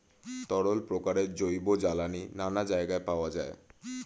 তরল প্রকারের জৈব জ্বালানি নানা জায়গায় পাওয়া যায়